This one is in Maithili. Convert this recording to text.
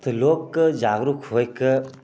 तऽ लोकके जागरूक होइके